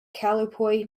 calipuy